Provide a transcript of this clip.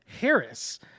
harris